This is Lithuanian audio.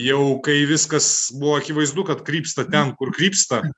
jau kai viskas buvo akivaizdu kad krypsta ten kur krypsta